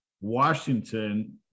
Washington